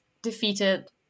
defeated